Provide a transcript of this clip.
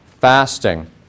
fasting